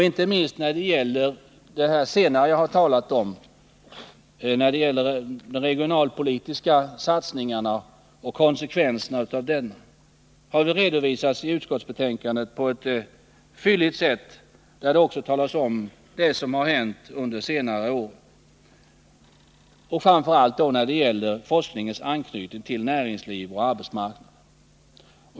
Inte minst vad jag senast talade om, nämligen de regionala satsningarna och konsekvenserna av dessa har redovisats i utskottsbetänkandet på ett fylligt sätt, framför allt det som har hänt under de senaste åren just när det gäller forskningens anknytning till näringsliv och arbetsmarknad.